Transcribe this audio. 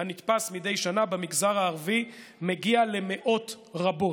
הנתפס מדי שנה במגזר הערבי מגיע למאות רבות.